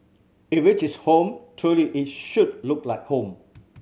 if it is home truly it should look like home